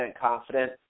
confident